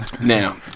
Now